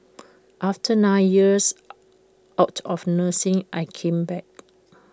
after nine years out of nursing I came back